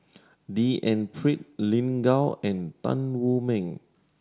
D N Pritt Lin Gao and Tan Wu Meng